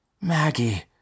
Maggie